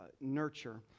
Nurture